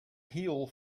heel